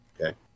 okay